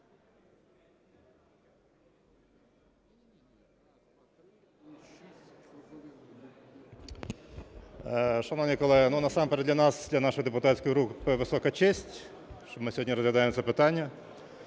Шановні колеги, насамперед для нас, для нашої депутатської групи висока честь, що ми сьогодні розглядаємо це питання